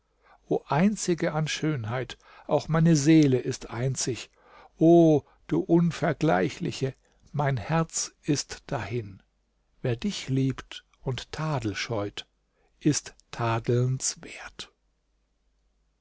o einzige an schönheit auch meine seele ist einzig o du unvergleichliche mein herz ist dahin wer dich liebt und tadel scheut ist